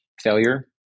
failure